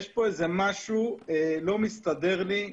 יש פה משהו שלא מסתדר לי.